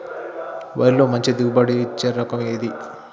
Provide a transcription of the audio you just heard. వరిలో మంచి దిగుబడి ఇచ్చే రకం ఏది?